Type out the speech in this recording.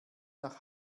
nach